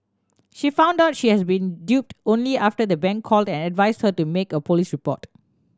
she found out she has been duped only after the bank called and advised her to make a police report